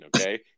okay